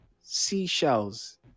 seashells